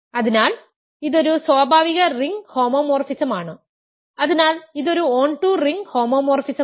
അതിനാൽ ഇതൊരു സ്വാഭാവിക റിംഗ് ഹോമോമോർഫിസമാണ് അതിനാൽ ഇതൊരു ഓൺടു റിംഗ് ഹോമോമോർഫിസമാണ്